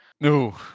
No